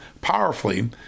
powerfully